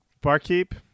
Barkeep